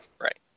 Right